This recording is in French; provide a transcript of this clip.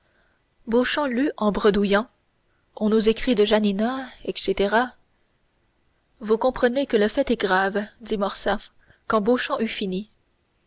lut en bredouillant on nous écrit de janina etc vous comprenez que le fait est grave dit morcerf quand beauchamp eut fini